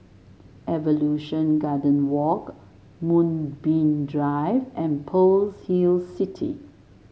Evolution Garden Walk Moonbeam Drive and Pearl's Hill City